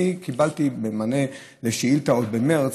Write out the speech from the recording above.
קיבלתי מענה על שאילתה עוד במרס.